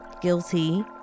guilty